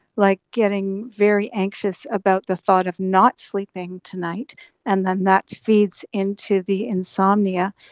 like getting very anxious about the thought of not sleeping tonight and then that feeds into the insomnia.